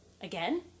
again